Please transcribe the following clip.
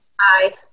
Aye